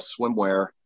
Swimwear